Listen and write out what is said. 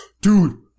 Dude